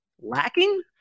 lacking